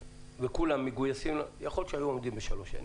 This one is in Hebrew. וכולם היו מגויסים, היו עומדים בשלוש שנים.